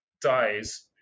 dies